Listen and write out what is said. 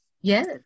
Yes